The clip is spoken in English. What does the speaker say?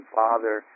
father